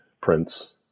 prints